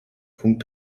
punkt